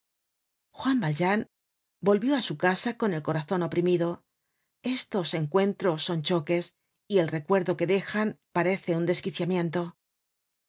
juan valjean volvió á su casa con el corazon oprimido estos encuentros son choques y el recuerdo que dejan parece un desquiciamiento